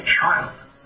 child